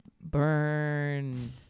Burn